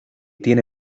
tiene